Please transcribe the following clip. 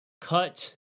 cut